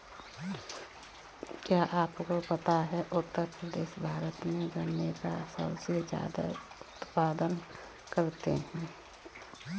क्या आपको पता है उत्तर प्रदेश भारत में गन्ने का सबसे ज़्यादा उत्पादन करता है?